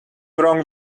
wrong